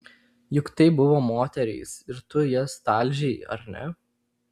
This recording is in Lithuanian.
juk tai buvo moterys ir tu jas talžei ar ne